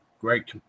great